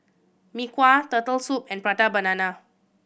Mee Kuah Turtle Soup and Prata Banana